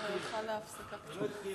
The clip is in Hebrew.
היא לא התחילה את העבודה.